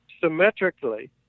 symmetrically